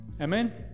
Amen